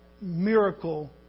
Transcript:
miracle